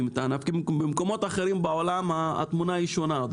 במקומות אחרים בעולם התמונה היא שונה.